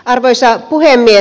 arvoisa puhemies